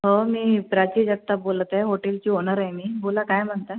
हो मी प्राची जगताप बोलत आहे हॉटेलची ओनर आहे मी बोला काय म्हणता